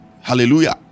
hallelujah